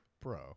Bro